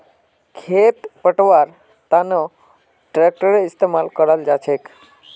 खेत पैटव्वार तनों ट्रेक्टरेर इस्तेमाल कराल जाछेक